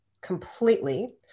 completely